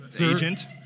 agent